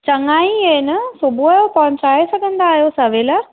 चंङा ई आहिनि सुबुह जो पहुचाए सघंदा आयो सवेल